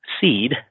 seed